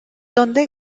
donde